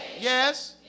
Yes